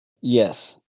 Yes